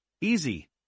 Easy